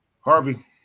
Harvey